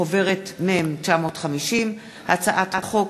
בהצעת חוק